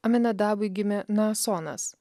aminadabui gimė naasonas